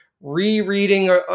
rereading